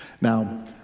Now